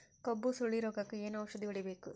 ಕಬ್ಬು ಸುರಳೀರೋಗಕ ಏನು ಔಷಧಿ ಹೋಡಿಬೇಕು?